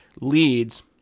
leads